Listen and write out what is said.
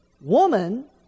woman